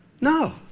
No